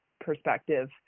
perspective